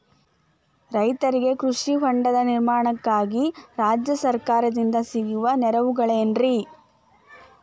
ರೈತರಿಗೆ ಕೃಷಿ ಹೊಂಡದ ನಿರ್ಮಾಣಕ್ಕಾಗಿ ರಾಜ್ಯ ಸರ್ಕಾರದಿಂದ ಸಿಗುವ ನೆರವುಗಳೇನ್ರಿ?